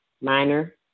minor